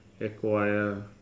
acquire